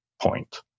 point